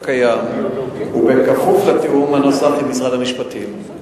הקיים וכפוף לתיאום הנוסף עם משרד המשפטים.